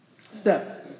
step